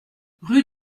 rue